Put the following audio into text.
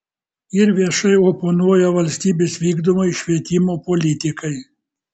ir viešai oponuoja valstybės vykdomai švietimo politikai